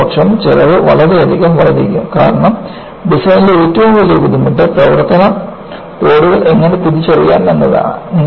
അല്ലാത്തപക്ഷം ചെലവ് വളരെയധികം വർദ്ധിക്കും കാരണം ഡിസൈനിലെ ഏറ്റവും വലിയ ബുദ്ധിമുട്ട് പ്രവർത്തന ലോഡുകൾ എങ്ങനെ തിരിച്ചറിയാം എന്നതാണ്